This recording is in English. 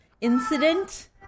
incident